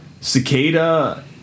Cicada